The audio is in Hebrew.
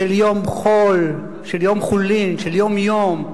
של יום חול, של יום חולין, של יום-יום.